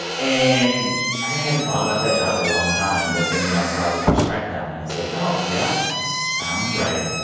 and i hadn't thought about that job for a long time. but then when i saw that these strikes were happening, i said, oh, yeah. sounds right.